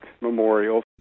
Memorial